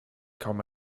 kaum